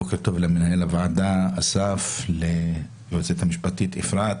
בוקר טוב למנהל הוועדה אסף, ליועצת המשפטית אפרת,